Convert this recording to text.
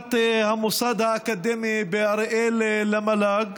הכפפת המוסד האקדמי באריאל למל"ג,